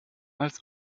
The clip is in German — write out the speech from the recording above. als